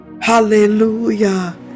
Hallelujah